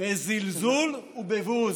בזלזול ובבוז.